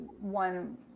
one